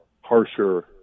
harsher